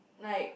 like